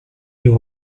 you